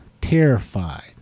terrified